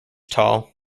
tall